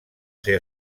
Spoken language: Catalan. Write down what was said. ser